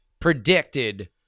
predicted